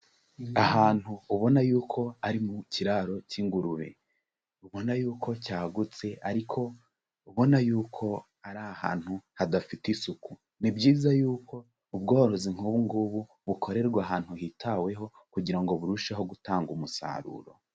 Ahantu ubona yuko ari mu kiraro cy'ingurube, ubona yuko cyagutse ariko ubona yuko ari ahantu hadafite isuku, ni byiza yuko ubworozi nk'ubu ngubu bukorerwa ahantu hitaweho kugira ngo burusheho gutanga umusaruro.